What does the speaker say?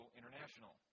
International